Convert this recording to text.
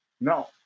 No